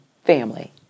family